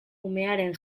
umearen